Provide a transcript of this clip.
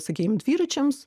sakykim dviračiams